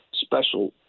special